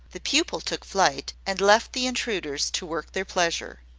the pupil took flight, and left the intruders to work their pleasure.